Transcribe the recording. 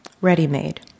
ready-made